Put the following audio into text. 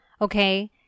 Okay